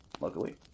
Luckily